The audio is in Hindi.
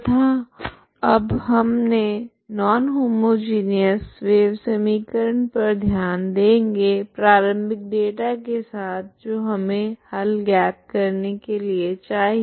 तथा अब हमने नॉन होमोजिनिऔस वेव समीकरण पर ध्यान देगे प्रारम्भिक डेटा के साथ जो हमे हल ज्ञात करने के लिए चाहिए